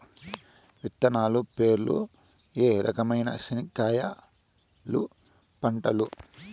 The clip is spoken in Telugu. విత్తనాలు పేర్లు ఏ రకమైన చెనక్కాయలు పంటలు?